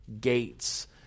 gates